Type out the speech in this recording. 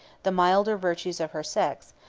the milder virtues of her sex,